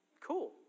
Cool